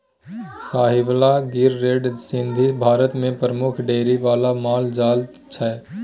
Sahiwal, Gir, red Sindhi Bharat मे प्रमुख dairy बला माल जाल छै